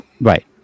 Right